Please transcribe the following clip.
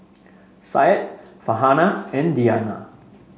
Syed Farhanah and Diyana